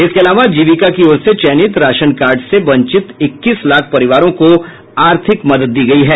इसके अलावा जीविका की ओर से चयनित राशन कार्ड से वंचित इक्कीस लाख परिवारों को आर्थिक मदद दी गयी है